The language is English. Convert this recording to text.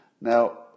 Now